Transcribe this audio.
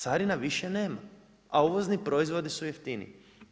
Carina više nema a uvozni proizvodi su jeftiniji.